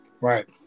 Right